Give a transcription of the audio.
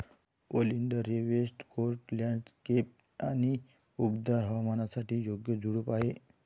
oleander हे west coast landscape आणि उबदार हवामानासाठी योग्य झुडूप आहे